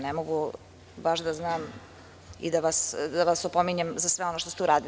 Ne mogu baš da znam i da vas opominjem za sve ono što ste uradili.